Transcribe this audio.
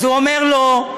אז הוא אומר לו: